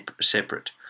separate